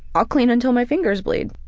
i'll clean until my fingers bleed.